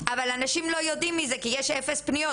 אבל אנשים לא יודעים את זה ואת זה אנחנו מבינים בגלל שיש אפס פניות,